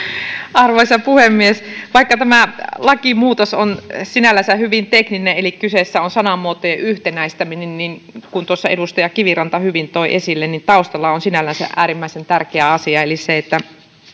arvoisa puhemies vaikka tämä lakimuutos on sinällänsä hyvin tekninen eli kyseessä on sanamuotojen yhtenäistäminen niin kuten tuossa edustaja kiviranta hyvin toi esille taustalla on sinällänsä äärimmäisen tärkeä asia eli se että